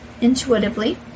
intuitively